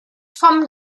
vom